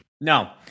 no